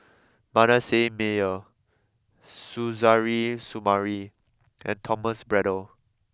Manasseh Meyer Suzairhe Sumari and Thomas Braddell